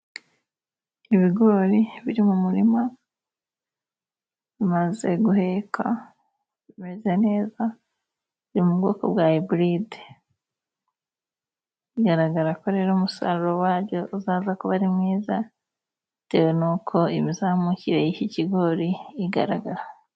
Ibigori biri mu murima bimaze guheka, bimeze neza, biri mu bwoko bwa iburide, bigaragara ko rero umusaruro wabyo uzaba ari mwiza, bitewe n'uko imizamukire y'iki kigori igaragara.